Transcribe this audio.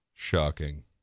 Shocking